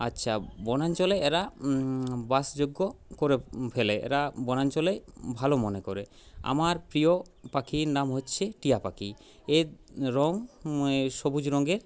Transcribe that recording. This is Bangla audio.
আচ্ছা বনাঞ্চলে এরা বাসযোগ্য করে ফেলে এরা বনাঞ্চলে ভালো মনে করে আমার প্রিয় পাখির নাম হচ্ছে টিয়াপাখি এর রং সবুজ রঙের